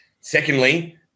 Secondly